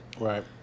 right